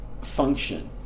function